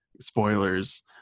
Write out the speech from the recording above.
Spoilers